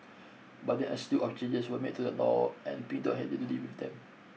but then a slew of changes were made to the law and Pink Dot had to deal with them